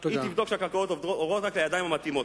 היא תבדוק שהקרקעות עוברות לידיים המתאימות.